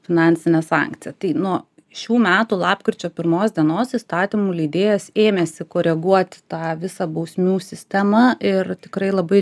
finansinė sankcija tai nuo šių metų lapkričio pirmos dienos įstatymų leidėjas ėmėsi koreguoti tą visą bausmių sistemą ir tikrai labai